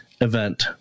event